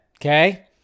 okay